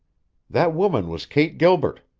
that woman was kate gilbert.